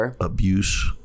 abuse